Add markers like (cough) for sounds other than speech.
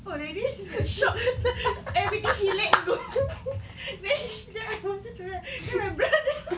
put ready the shock everything she let go (laughs) then sh~ I wanted to run then my brother (laughs)